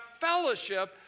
fellowship